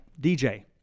DJ